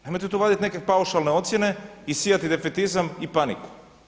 Nemojte tu vaditi neke paušalne ocjene i sijati defetizam i paniku.